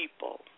people